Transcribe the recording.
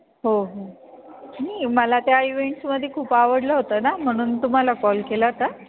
हो हो नाही मला त्या इवेंट्समध्ये खूप आवडलं होतं ना म्हणून तुम्हाला कॉल केला होता